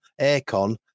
aircon